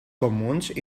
comuns